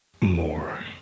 more